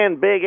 Big